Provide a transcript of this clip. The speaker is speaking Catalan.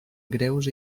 greus